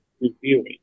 reviewing